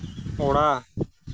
ᱚᱲᱟᱜ